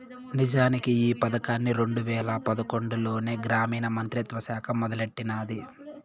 నిజానికి ఈ పదకాన్ని రెండు వేల పదకొండులోనే గ్రామీణ మంత్రిత్వ శాఖ మొదలెట్టినాది